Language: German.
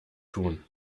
tun